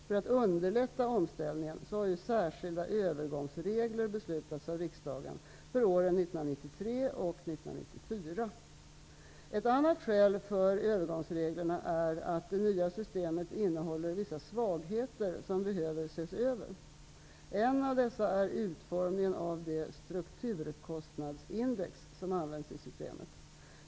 För att underlätta omställningen har särskilda övergångsregler beslutats av riksdagen för åren Ett annat skäl för övergångsreglerna är att det nya systemet innehåller vissa svagheter som behöver ses över. En av dessa är utformningen av det strukturkostnadsindex som används i systemet.